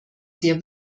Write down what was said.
sehr